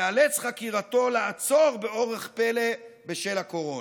ייאלצו לעצור את חקירתו באורח פלא בשל הקורונה.